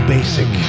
Basic